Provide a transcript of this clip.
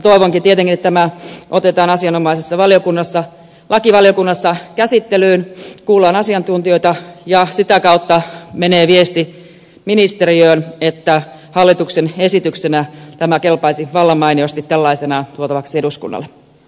toivonkin tietenkin että tämä otetaan asianomaisessa valiokunnassa lakivaliokunnassa käsittelyyn kuullaan asiantuntijoita ja sitä kautta menee viesti ministeriöön että hallituksen esityksenä tämä kelpaisi vallan mainiosti tällaisenaan tuotavaksi eduskunnalle